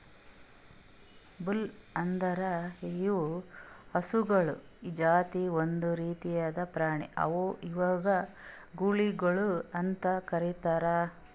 bull ಅಂದುರ್ ಇವು ಹಸುಗೊಳ್ ಜಾತಿ ಒಂದ್ ರೀತಿದ್ ಪ್ರಾಣಿ ಅವಾ ಇವುಕ್ ಗೂಳಿಗೊಳ್ ಅಂತ್ ಕರಿತಾರ್